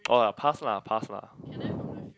oh past lah past lah